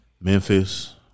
Memphis